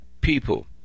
people